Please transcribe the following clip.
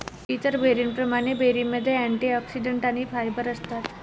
इतर बेरींप्रमाणे, बेरीमध्ये अँटिऑक्सिडंट्स आणि फायबर असतात